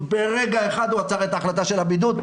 ברגע אחד הוא עצר את ההחלטה של הבידוד,